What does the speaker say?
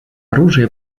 оружие